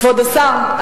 כבוד השר,